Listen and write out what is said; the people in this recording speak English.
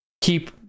keep